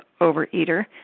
Overeater